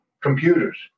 computers